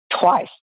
twice